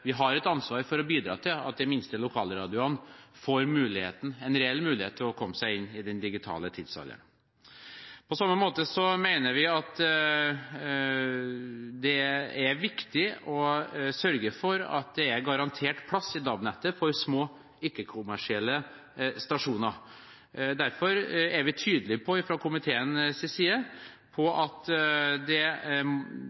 vi har et ansvar for å bidra til at de minste lokalradioene får muligheten – en reell mulighet – til å komme seg inn i den digitale tidsalderen. På samme måte mener vi at det er viktig å sørge for at det er garantert plass i DAB-nettet for små, ikke-kommersielle stasjoner. Derfor er vi tydelig på fra komiteens side at